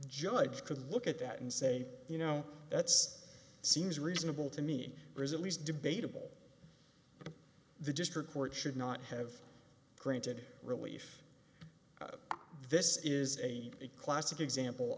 judge could look at that and say you know that's seems reasonable to me brazil is debatable the district court should not have granted relief this is a classic example